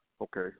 Okay